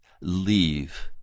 leave